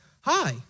Hi